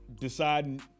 deciding